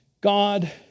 God